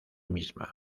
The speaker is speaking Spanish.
misma